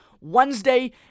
Wednesday